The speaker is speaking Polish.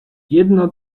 jedno